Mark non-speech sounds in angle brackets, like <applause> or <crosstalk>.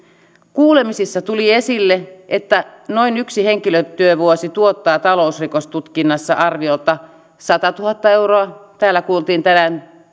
kuulemisissa tuli esille että yksi henkilötyövuosi tuottaa talousrikostutkinnassa arviolta noin satatuhatta euroa täällä kuultiin tänään <unintelligible>